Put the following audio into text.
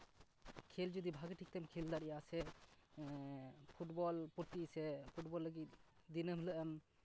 ᱠᱷᱮᱞ ᱡᱚᱫᱤ ᱵᱷᱟᱹᱜᱮ ᱴᱷᱤᱠ ᱛᱮᱢ ᱠᱷᱮᱞ ᱫᱟᱲᱮᱭᱟᱜᱼᱟ ᱥᱮ ᱯᱷᱩᱴᱵᱚᱞ ᱯᱨᱚᱛᱤ ᱥᱮ ᱯᱷᱩᱴᱵᱚᱞ ᱞᱟᱹᱜᱤᱫ ᱫᱚᱱᱟᱹᱢ ᱦᱤᱞᱳᱜ ᱮᱢ